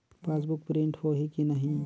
Passbook print होही कि नहीं?